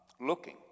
looking